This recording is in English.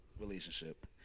relationship